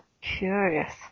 curious